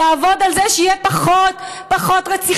יעבוד על זה שיהיו פחות רציחות,